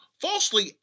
falsely